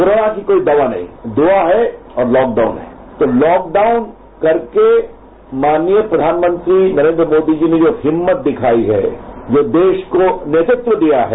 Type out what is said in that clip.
corona की कोई दवा नहीं दुआ है और लॉकबाउन है तो लॉकबाउन करके माननीय प्रधानमंत्री नरेन्द्र मोदी जी ने जो हिम्मत दिखाई है जो देश को नेतृत्व दिया है